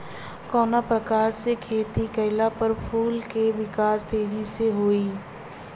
कवना प्रकार से खेती कइला पर फूल के विकास तेजी से होयी?